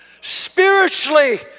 Spiritually